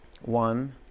one